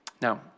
Now